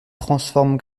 transforment